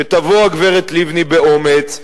שתבוא הגברת לבני באומץ,